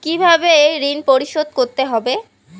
কিভাবে ঋণ পরিশোধ করতে হবে?